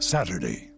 Saturday